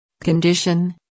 condition